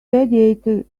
radiator